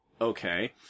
okay